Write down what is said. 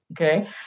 Okay